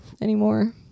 anymore